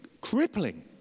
crippling